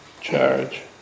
charge